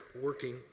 working